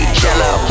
jello